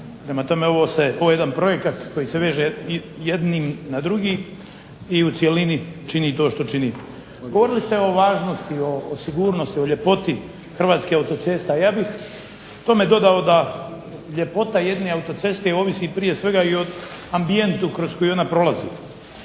Prema tome, ovo je jedan projekt koji se veže jedan na drugi i u cjelini čini to što čini. Govorili ste o važnosti, o sigurnosti, o ljepoti hrvatskih autocesta. Ja bih tome dodao da ljepota jedne autoceste ovisi prije svega i o ambijentu kroz koji ona prolazi.